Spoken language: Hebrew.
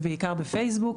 זה בעיקר בפייסבוק.